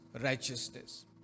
righteousness